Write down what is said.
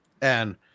and-